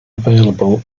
available